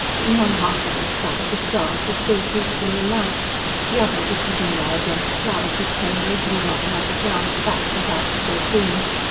in one half of the sky the stars were still peacefully alight the other was hidden by a dense cloud, which came racing along like a giant bat with outspread wings,